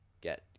get